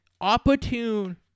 opportune